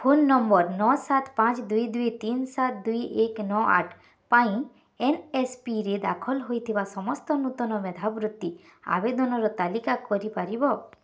phone number ନଅ ସାତ ପାଞ୍ଚ ଦୁଇ ଦୁଇ ତିନି ସାତ ଦୁଇ ଏକ ନଅ ଆଠ ପାଇଁ ଏନ୍ଏସ୍ପିରେ ଦାଖଲ ହେଇଥିବା ସମସ୍ତ ନୂତନ ମେଧାବୃତ୍ତି ଆବେଦନର ତାଲିକା କରି ପାରିବ